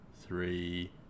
three